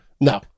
No